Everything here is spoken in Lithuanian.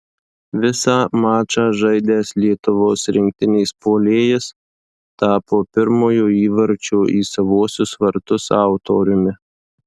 visą mačą žaidęs lietuvos rinktinės puolėjas tapo pirmojo įvarčio į savuosius vartus autoriumi